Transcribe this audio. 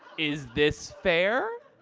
is this fair?